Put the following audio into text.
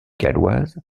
galloise